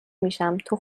میشم، تو